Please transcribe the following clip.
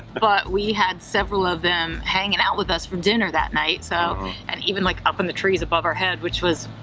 but we had several of them hanging out with us for dinner that night so and even like up in the trees above our head, which was,